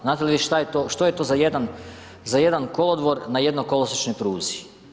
Znate li vi šta je to za jedan kolodvor na jednokolosiječnoj pruzi?